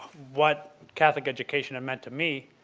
what catholic education had meant to me.